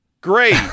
Great